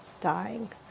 dying